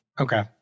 Okay